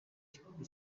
kibuga